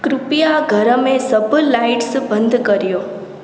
कृपया घर में सभु लाइट्स बंदि करियो